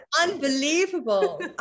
unbelievable